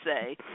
say